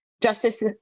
justice